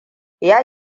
ya